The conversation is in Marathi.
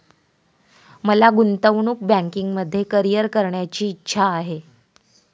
मला गुंतवणूक बँकिंगमध्ये करीअर करण्याची इच्छा आहे